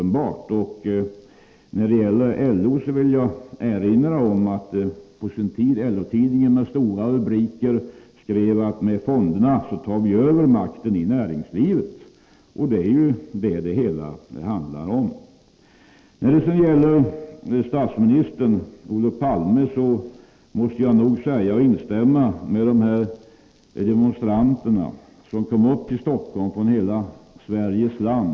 När det gäller LO vill jag erinra om att LO-tidningen på sin tid skrev med stora rubriker: Med fonderna tar vi över makten i näringslivet. Och det är vad det hela handlar om. När det sedan gäller statsminister Olof Palme måste jag instämma med demonstranterna, som kom till Stockholm från hela Sveriges land.